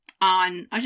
on